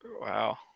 Wow